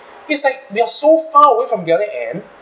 it's like they're so far away from the other end